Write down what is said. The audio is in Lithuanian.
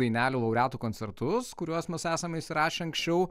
dainelių laureatų koncertus kuriuos mes esame įsirašę anksčiau